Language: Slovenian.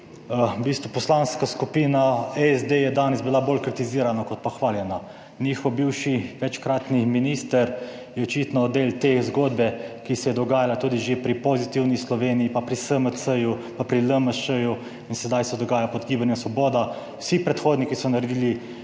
Poslanska skupina SD je danes bila bolj kritizirana kot pa hvaljena. Njihov bivši večkratni minister je očitno del te zgodbe, ki se je dogajala tudi že pri Pozitivni Sloveniji pa pri SMC-ju pa pri LMŠ-ju in sedaj se dogaja pod gibanjem svoboda - vsi predhodniki so naredili